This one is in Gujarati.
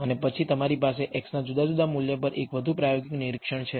અને પછી તમારી પાસે x ના જુદા જુદા મૂલ્ય પર એક વધુ પ્રાયોગિક નિરીક્ષણ છે